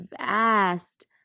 vast